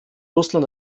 russland